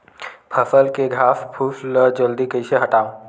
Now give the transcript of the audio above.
फसल के घासफुस ल जल्दी कइसे हटाव?